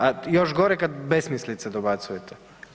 A još gore kad besmislice dobacujete.